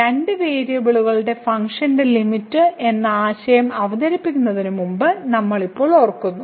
രണ്ട് വേരിയബിളുകളുടെ ഫംഗ്ഷനുകളുടെ ലിമിറ്റ് എന്ന ആശയം അവതരിപ്പിക്കുന്നതിനുമുമ്പ് നമ്മൾ ഇപ്പോൾ ഓർക്കുന്നു